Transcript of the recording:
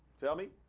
tell me,